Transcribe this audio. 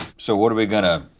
so, what are we